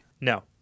No